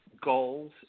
goals